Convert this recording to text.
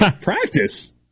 Practice